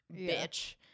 bitch